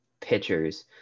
pitchers